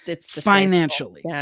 financially